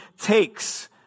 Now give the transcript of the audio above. takes